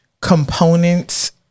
components